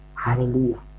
Hallelujah